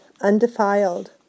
undefiled